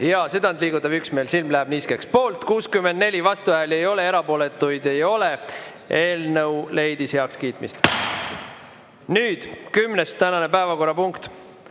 Jaa, südantliigutav üksmeel, silm läheb niiskeks: poolt 64, vastuhääli ei ole, erapooletuid ei ole. Eelnõu leidis heakskiitmist. Nüüd tänane kümnes päevakorrapunkt: